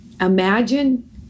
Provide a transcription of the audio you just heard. Imagine